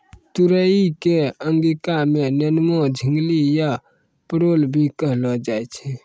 तुरई कॅ अंगिका मॅ नेनुआ, झिंगली या परोल भी कहलो जाय छै